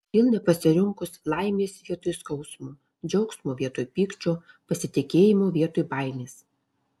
tai kodėl nepasirinkus laimės vietoj skausmo džiaugsmo vietoj pykčio pasitikėjimo vietoj baimės